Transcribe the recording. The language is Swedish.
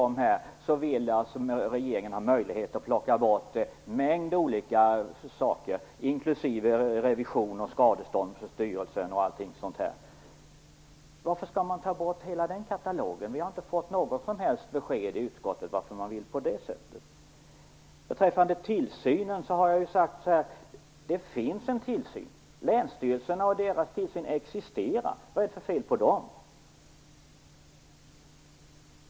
Regeringen ville alltså ha möjlighet att plocka bort en mängd olika saker, inklusive revision, skadestånd för styrelsen, m.m. Varför skall man ta bort hela den katalogen? I utskottet har vi har inte fått något som helst besked om varför man vill göra det. Jag har tidigare sagt att det finns en tillsyn. Länsstyrelserna och deras tillsyn existerar. Vad är det för del på dem?